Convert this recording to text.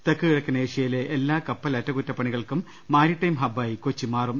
തെക്കുകിഴക്കൻ ഏഷ്യയിലെ എല്ലാ കപ്പൽ അറ്റകുറ്റപ്പണികൾക്കും മാരിടൈം ഹബ്ബായി കൊച്ചി മാറും